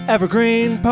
Evergreen